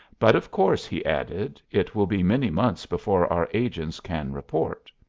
but, of course, he added, it will be many months before our agents can report.